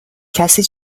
کسی